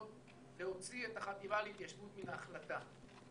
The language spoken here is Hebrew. להוציא את החטיבה להתיישבות מן ההחלטה.